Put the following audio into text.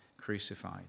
crucified